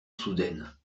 soudaine